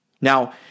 Now